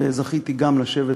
וזכיתי גם לשבת